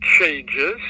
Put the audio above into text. changes